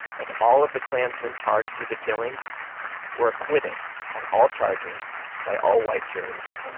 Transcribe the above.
and all of the klansmen charged with the killings were acquitted on all charges by all-white juries